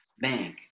Bank